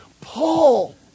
Paul